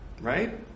right